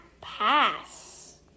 pass